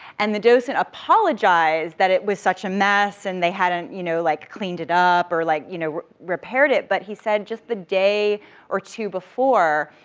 and the docent apologized that it was such a mess, and they hadn't, you know, like cleaned it up, or like, you know, repaired it. but he said, just the day or two before,